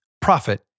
profit